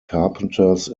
carpenters